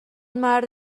مرد